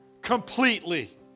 completely